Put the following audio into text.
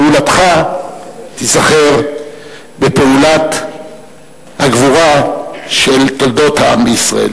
פעולתך תיזכר בפעולת הגבורה של תולדות העם בישראל.